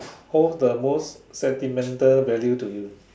hold the most sentimental value to you